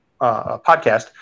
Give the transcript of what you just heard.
podcast